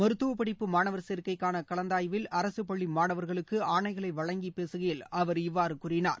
மருத்துவப்படிப்பு மாணவர்சேர்க்கைக்கான கலந்தாய்வில் அரசுப் பள்ளி மாணவர்களுக்கு ஆணைகளை வழங்கி பேசுகையில் அவர் இவ்வாறு கூறினார்